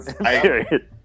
period